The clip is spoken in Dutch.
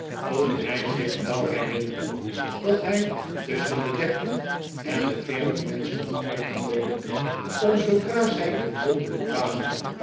kon hij zich flauw herinneren dat hij tusschen de dertig en de veertig menschen had uitgenoodigd om zoodra zij in londen kwamen